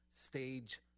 stage